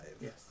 yes